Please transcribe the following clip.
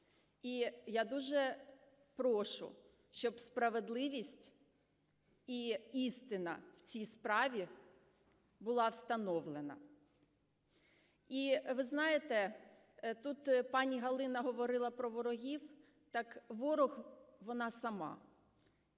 І я дуже прошу, щоб справедливість і істина в цій справі була встановлена. І ви знаєте, тут пані Галина говорила про ворогів, так ворог – вона сама